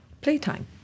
playtime